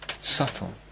Subtle